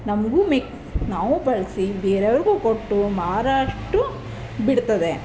ನಮಗೂ ಮೆ ನಾವು ಬಳಸಿ ಬೇರೆಯವ್ರಿಗೂ ಕೊಟ್ಟು ಮಾರೋ ಅಷ್ಟು ಬಿಡ್ತದೆ